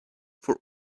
for